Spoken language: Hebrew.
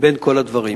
בין כל הדברים.